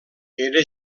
era